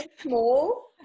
small